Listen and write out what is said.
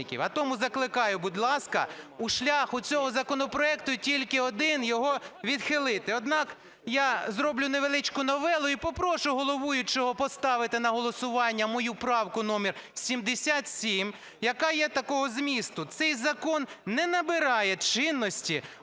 А тому закликаю, будь ласка, шлях у цього законопроекту тільки один – його відхилити. Однак я зроблю невеличку новелу і попрошу головуючого поставити на голосування мою правку номер 77, яка є такого змісту: цей закон не набирає чинності,